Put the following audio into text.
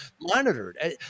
monitored